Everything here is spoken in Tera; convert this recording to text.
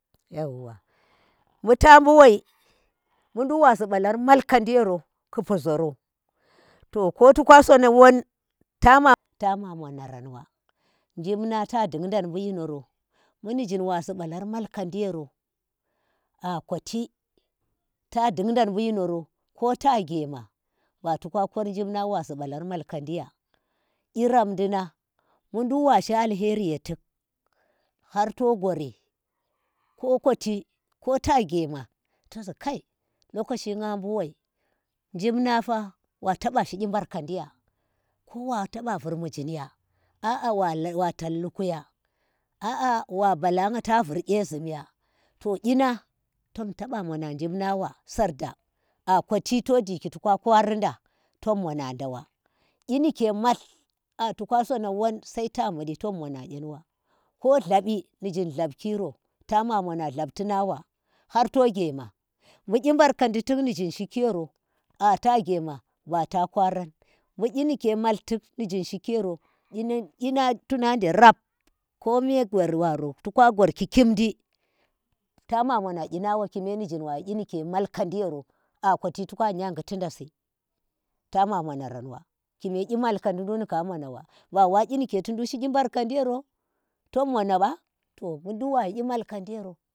Yauwa, bu ta bu woi bu nduk wazi ɓalar malkhadi yoro, ƙu pu zoro to ko toka sona whon, tama tama monaranwa. Jim nang ta dung ndan bi yinoro. Bu nizhin wazi mba lar malkadi yoro, a kochi, ta dundang bi̱ yinoro ko ta gyema ba to ka kor jimnang wa zi balar malkadi yaa kyi rapdi nang mu nduk washi alheri yo tik har to gori ko kwachi ko ta gyema to za kai lokachi nga bu wai, jimnang fa wo taba shi, gyi mbarkadi ya ko wa taba vur mushin ya a a wa tab luku ya a- a wa bala nya ta vur gye zhum ya to gyi nang tom taba mona jin nang wa sarda akochi to jiki to ka kwarida, tom mona nda wa kyi nike mhat a to ka sona won sai ta mundi tom mono gyen wa. Ko hha bi nizhin hlabki ro tama mona blabti nawa har to gyema, bu kyi barkandi tik nizhin shiki yoro a ta gyema bata kwaran bu kyi nike mhaghlin tik nizhin shiki yoro kyinang tu naje rap kome gwani waro toka gwar ki kin ndi tama mona kyi hawa ikime nizyin washi kyi nike matz khadi yoro a kochi toka an ya ghiti nasi, tama monaran wa kime kyi mhalakadi nduk nuka mwona wa bawa kyi ni ke ku nduk shi kyi barka di yoro ton mona ɓa to mduwa yimalkadero.